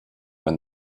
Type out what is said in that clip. when